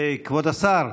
כבוד השר,